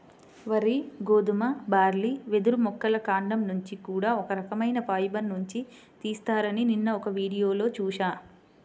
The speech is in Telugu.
వరి, గోధుమ, బార్లీ, వెదురు మొక్కల కాండం నుంచి కూడా ఒక రకవైన ఫైబర్ నుంచి తీత్తారని నిన్న ఒక వీడియోలో చూశా